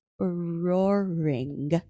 roaring